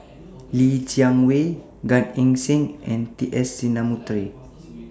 Li Jiawei Gan Eng Seng and T S Sinnathuray